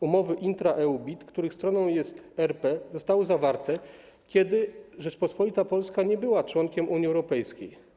Umowy intra-EU BIT, których stroną jest RP, zostały zawarte, kiedy Rzeczpospolita Polska nie była członkiem Unii Europejskiej.